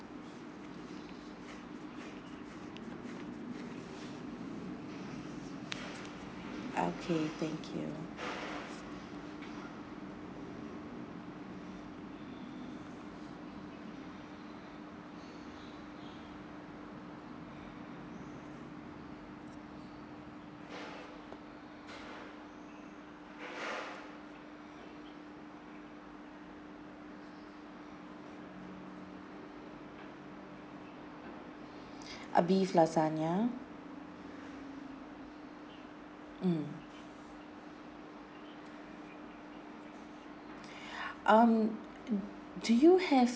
okay thank you a beef lasagna mm um do you have